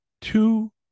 two